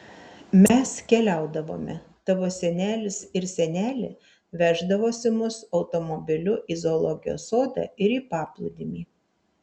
mes keliaudavome tavo senelis ir senelė veždavosi mus automobiliu į zoologijos sodą ir į paplūdimį